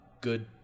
good